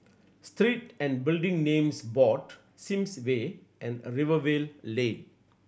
Street and Building Names Board Sims Way and Rivervale Lane